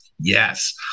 Yes